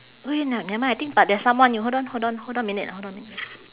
wait no nevermind I think but there's someone you hold on hold on hold on a minute ah hold on a minute